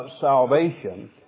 salvation